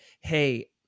Hey